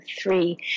three